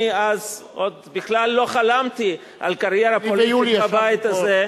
אני אז עוד בכלל לא חשבתי על קריירה פוליטית בבית הזה.